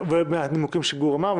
מהנימוקים שגור אמר.